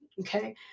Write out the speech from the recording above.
Okay